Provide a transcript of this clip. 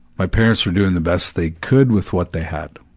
my parents were doing the best they could with what they had.